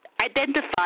identify